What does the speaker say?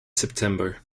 september